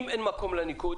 אם אין מקום לניקוד,